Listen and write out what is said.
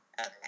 Okay